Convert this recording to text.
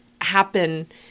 happen